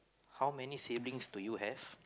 how many siblings do you have